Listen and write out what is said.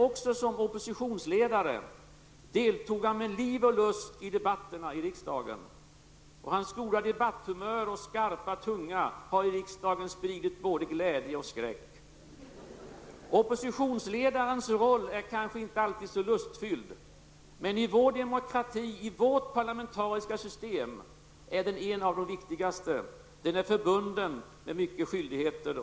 På båda dessa områden har Gertrud Sigurdsen fått erkännanden för sin kunnighet och kompetens. Klokhet och värme har präglat hennes arbete. Olle Svenssons sågs redan på 40 och 50-talen i riksdagens korridorer, som journalist och sedan som sekreterare i den socialdemokratiska riksdagsgruppen.